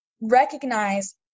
recognize